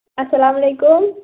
اَسلام علیکُم